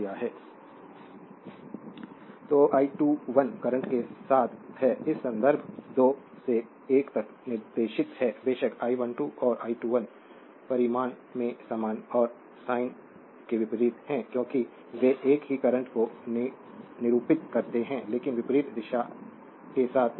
slide समय देखें 2634 तो I21 करंट के साथ है यह संदर्भ 2 से 1 तक निर्देशित है बेशक I12 और I21 परिमाण में समान हैं और साइन में विपरीत हैं क्योंकि वे एक ही करंट को निरूपित करते हैं लेकिन विपरीत दिशा के साथ